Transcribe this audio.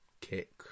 kick